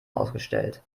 ausgestellt